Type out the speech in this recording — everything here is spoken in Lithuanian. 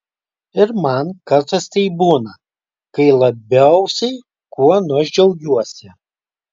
ir man kartais taip būna kai labiausiai kuo nors džiaugiuosi